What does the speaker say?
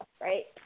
right